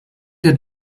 der